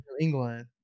England